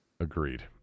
Agreed